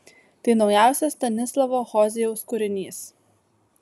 tai naujausias stanislavo hozijaus kūrinys